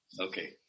Okay